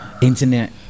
Internet